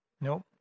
Nope